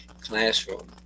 classroom